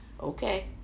Okay